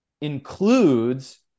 includes